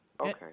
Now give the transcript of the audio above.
Okay